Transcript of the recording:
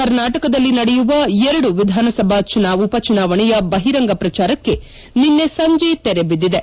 ಕರ್ನಾಟಕದಲ್ಲಿ ನಡೆಯುವ ಎರಡು ವಿಧಾನಸಭೆ ಉಪಚುನಾವಣೆಯ ಬಹಿರಂಗ ಪ್ರಚಾರಕ್ಕೆ ನಿನ್ನೆ ಸಂಜೆ ತೆರೆ ಬಿದ್ದಿದೆ